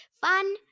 Fun